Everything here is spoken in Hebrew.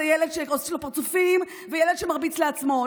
ילד שעושים לו פרצופים וילד שמרביץ לעצמו.